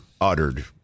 uttered